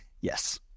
yes